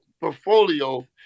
portfolio